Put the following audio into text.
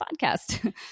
podcast